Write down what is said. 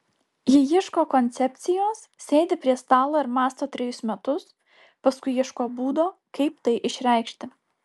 jie ieško koncepcijos sėdi prie stalo ir mąsto trejus metus paskui ieško būdo kaip tai išreikšti